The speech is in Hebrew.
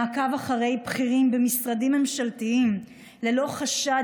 מעקב אחרי בכירים במשרדים ממשלתיים ללא חשד